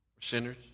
Sinners